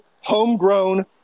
homegrown